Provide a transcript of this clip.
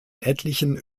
etlichen